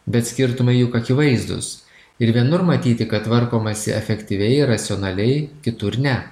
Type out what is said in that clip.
bet skirtumai juk akivaizdūs ir vienur matyti kad tvarkomasi efektyviai racionaliai kitur ne